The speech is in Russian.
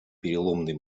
переломный